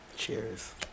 cheers